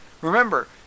Remember